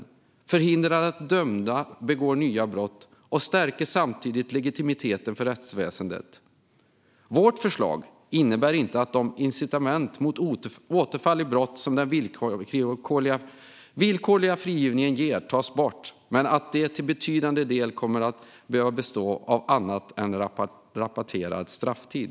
Det förhindrar att dömda begår nya brott och stärker samtidigt legitimiteten för rättsväsendet. Vårt förslag innebär inte att de incitament mot återfall i brott som den villkorliga frigivningen ger tas bort men att de till betydande del kommer att behöva bestå av annat än rabatterad strafftid.